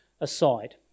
aside